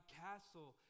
castle